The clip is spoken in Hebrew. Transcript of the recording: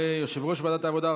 תודה רבה ליושב-ראש ועדת העבודה,